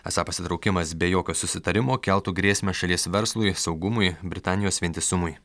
esą pasitraukimas be jokio susitarimo keltų grėsmę šalies verslui saugumui britanijos vientisumui